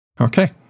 Okay